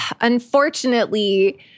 unfortunately